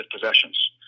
possessions